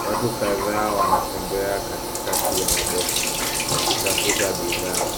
Watu kadhaa wanatembea katikati ya maboxi wakitafuta bidhaa.